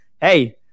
hey –